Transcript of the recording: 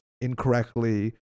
incorrectly